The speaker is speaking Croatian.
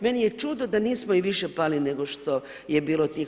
Meni je čudo da nismo i više pali nego što je bilo tih